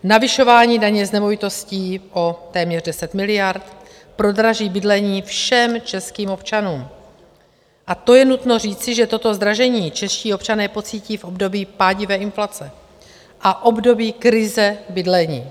Navyšování daně z nemovitostí o téměř 10 miliard prodraží bydlení všem českým občanům a je nutno říci, že toto zdražení čeští občané pocítí v období pádivé inflace a v období krize bydlení.